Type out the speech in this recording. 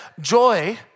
joy